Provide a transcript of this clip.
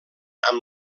amb